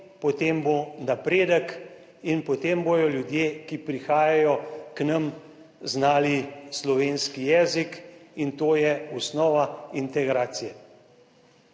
potem bo napredek in potem bodo ljudje, ki prihajajo k nam, znali slovenski jezik in to je osnova integracije.